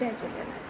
Jay Jhulelal